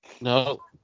No